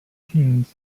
teens